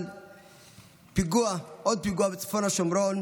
על עוד פיגוע בצפון השומרון.